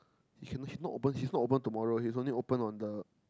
you cannot she's not she's not open tomorrow she's only open on the